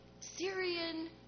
Syrian